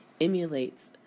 emulates